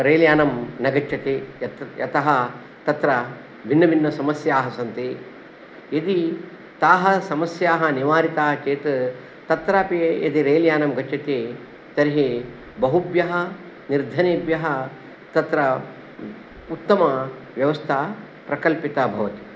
rail यानं न गच्छति यतः तत्र भिन्न भिन्न समस्याः सन्ति यदि ताः समस्याः निवारिता चेत् तत्रापि यदि रेल् यानं गच्छति तर्हि बहुभ्यः निर्धनेभ्यः तत्र उत्तमा व्यवस्था प्रकल्पिता भवति